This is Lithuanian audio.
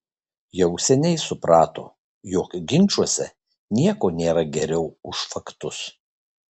jau seniai suprato jog ginčuose nieko nėra geriau už faktus